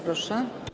Proszę.